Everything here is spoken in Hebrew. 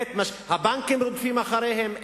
הבנקים רודפים אחריהם,